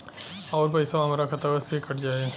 अउर पइसवा हमरा खतवे से ही कट जाई?